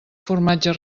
formatge